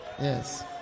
Yes